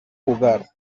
jugar